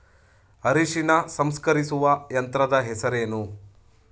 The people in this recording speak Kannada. ಅರಿಶಿನ ಸಂಸ್ಕರಿಸುವ ಯಂತ್ರದ ಹೆಸರೇನು?